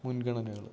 മുൻഗണനകൾ